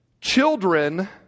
Children